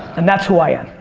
and that's who i am.